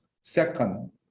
Second